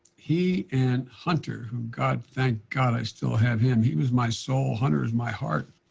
he and hunter, whom god, thank god i still have him, he was my soul, hunter is my heart.